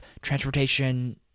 transportation